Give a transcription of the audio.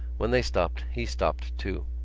when they stopped he stopped too.